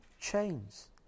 chains